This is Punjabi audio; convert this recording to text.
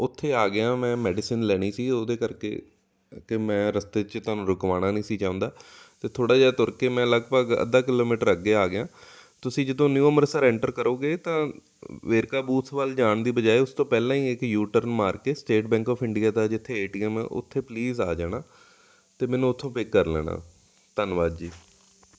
ਉੱਥੇ ਆ ਗਿਆ ਮੈਂ ਮੈਡੀਸਨ ਲੈਣੀ ਸੀ ਉਹਦੇ ਕਰਕੇ ਅਤੇ ਮੈਂ ਰਸਤੇ 'ਚ ਤੁਹਾਨੂੰ ਰੁਕਵਾਉਣਾ ਨਹੀਂ ਸੀ ਚਾਹੁੰਦਾ ਅਤੇ ਥੋੜ੍ਹਾ ਜਿਹਾ ਤੁਰ ਕੇ ਮੈਂ ਲਗਭਗ ਅੱਧਾ ਕਿਲੋਮੀਟਰ ਅੱਗੇ ਆ ਗਿਆ ਤੁਸੀਂ ਜਦੋਂ ਨਿਊ ਅੰਮ੍ਰਿਤਸਰ ਐਂਟਰ ਕਰੋਗੇ ਤਾਂ ਵੇਰਕਾ ਬੂਥ ਵੱਲ ਜਾਣ ਦੀ ਬਜਾਏ ਉਸ ਤੋਂ ਪਹਿਲਾਂ ਹੀ ਇੱਕ ਯੂ ਟਰਨ ਮਾਰ ਕੇ ਸਟੇਟ ਬੈਂਕ ਆਫ ਇੰਡੀਆ ਦਾ ਜਿੱਥੇ ਏ ਟੀ ਐੱਮ ਹੈ ਉੱਥੇ ਪਲੀਜ਼ ਆ ਜਾਣਾ ਅਤੇ ਮੈਨੂੰ ਉੱਥੋਂ ਪਿੱਕ ਕਰ ਲੈਣਾ ਧੰਨਵਾਦ ਜੀ